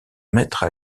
mètres